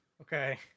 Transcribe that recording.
okay